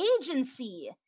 agency